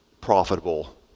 profitable